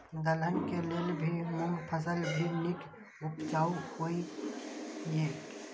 दलहन के लेल भी मूँग फसल भी नीक उपजाऊ होय ईय?